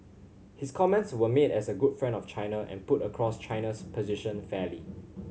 his comments were made as a good friend of China and put across China's position fairly